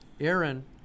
Aaron